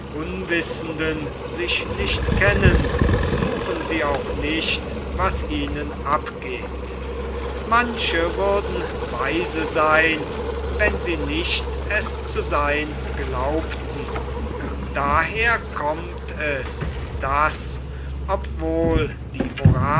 unwissenden sich nicht kennen suchen sie auch nicht was ihnen abgeht manche würden weise seyn wenn sie nicht es zu seyn glaubten daher kommt es daß obwohl die